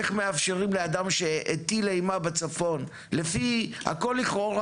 איך מאפשרים לאדם שהטיל אימה בצפון - הכול לכאורה,